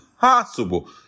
possible